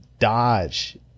dodge